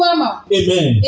Amen